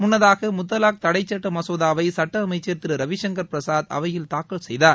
முன்னதாக முத்தலாக் தடைச்சுட்ட மசோதாவை சுட்ட அமைச்சா் திரு ரவிசங்கா் பிரசாத் அவையில் தாக்கல் செய்தார்